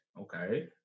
Okay